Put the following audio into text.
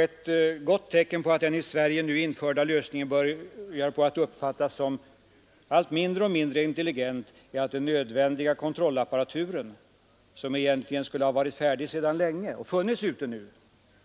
Ett gott tecken på att den i Sverige införda lösningen börjar uppfattas som mindre och mindre intelligent är att den nödvändiga kontrollapparaturen, som egentligen skulle ha varit färdig sedan länge,